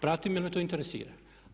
Pratim jer me to interesira.